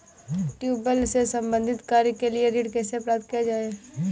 Tubewell से संबंधित कार्य के लिए ऋण कैसे प्राप्त किया जाए?